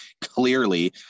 clearly